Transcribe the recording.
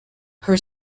her